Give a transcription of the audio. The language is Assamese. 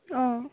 অঁ